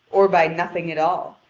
or by nothing at all,